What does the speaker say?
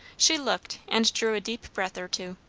she looked, and drew a deep breath or two.